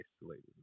isolated